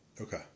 Okay